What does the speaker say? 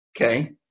okay